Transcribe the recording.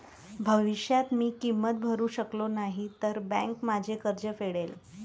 भविष्यात मी किंमत भरू शकलो नाही तर बँक माझे कर्ज फेडेल